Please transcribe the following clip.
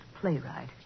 playwright